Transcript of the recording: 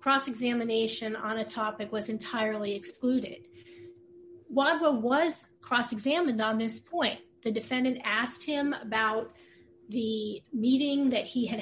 cross examination on a topic was entirely excluded one of whom was cross examined on this point the defendant asked him about the meeting that he had